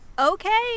Okay